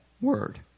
word